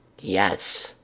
Yes